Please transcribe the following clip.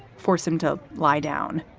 force him to lie down,